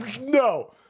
no